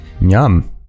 Yum